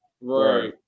Right